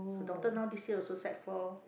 her daughter now this year also sec-four